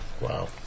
Wow